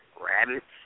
rabbits